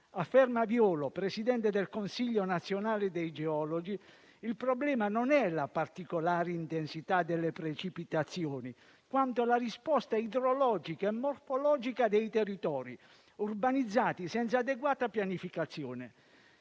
Afferma Violo, presidente del Consiglio nazionale dei geologi, che il problema non è la particolare intensità delle precipitazioni, quanto la risposta idrologica e morfologica dei territori, urbanizzati senza adeguata pianificazione.